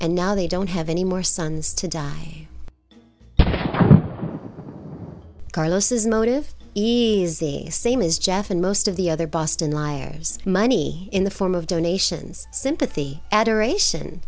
and now they don't have any more sons to die carlos's motive easy same as jeff and most of the other boston liars money in the form of donations sympathy adoration